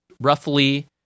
roughly